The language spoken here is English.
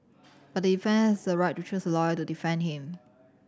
but the defendant has a right to choose a lawyer to defend him